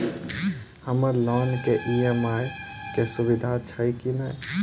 हम्मर लोन केँ ई.एम.आई केँ सुविधा छैय की नै?